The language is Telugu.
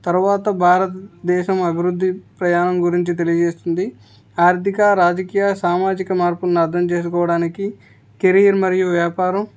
తర్వాత భారతదేశం అభివృద్ధి ప్రయాణం గురించి తెలియజేస్తుంది ఆర్థిక రాజకీయ సామాజిక మార్పులను అర్థం చేసుకోవడానికి కెరీర్ మరియు వ్యాపారం